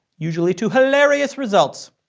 usually to hilarious results.